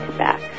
back